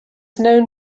known